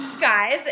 guys